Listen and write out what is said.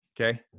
Okay